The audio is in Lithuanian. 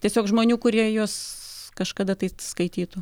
tiesiog žmonių kurie jus kažkada tai skaitytų